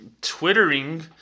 twittering